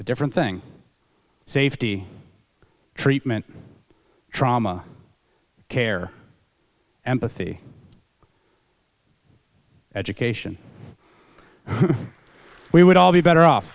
a different thing safety treatment trauma care empathy education we would all be better off